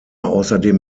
außerdem